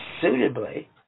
suitably